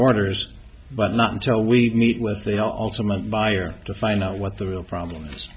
orders but not until we meet with the ultimate buyer to find out what the real problem